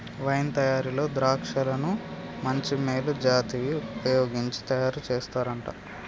wine తయారీలో ద్రాక్షలను మంచి మేలు జాతివి వుపయోగించి తయారు చేస్తారంట